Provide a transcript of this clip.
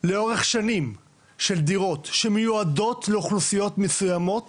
לאורך שנים של דירות שמיועדות לאוכלוסיות מסוימות